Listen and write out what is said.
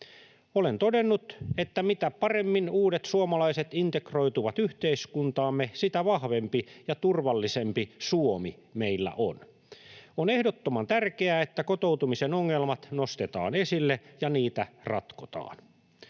Olen todennut, että mitä paremmin uudet suomalaiset integroituvat yhteiskuntaamme, sitä vahvempi ja turvallisempi Suomi meillä on. On ehdottoman tärkeää, että kotoutumisen ongelmat nostetaan esille ja niitä ratkotaan.